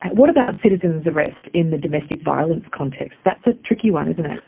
what about citizen's arrest in the domestic violence context? that's a tricky one, isn't it?